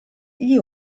gli